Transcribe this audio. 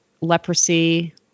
leprosy